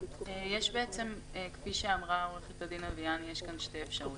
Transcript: כפי שאמרה עורכת הדין אביאני יש שתי אפשרויות: